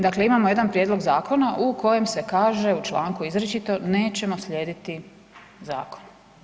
Dakle imamo jedan prijedlog zakona u kojem se kaže u članku, izričito, nećemo slijediti zakona.